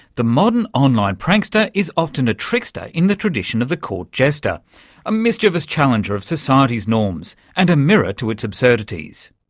the modern online prankster is often a trickster in the tradition of the court jester a mischievous challenger of society's norms and a mirror to its absurdities.